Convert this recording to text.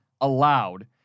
allowed